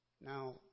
Now